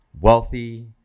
wealthy